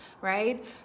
Right